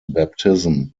baptism